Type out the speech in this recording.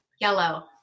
Yellow